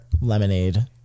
Lemonade